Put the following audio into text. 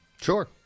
sure